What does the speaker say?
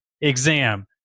exam